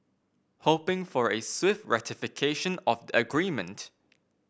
hoping for a swift ratification of the agreement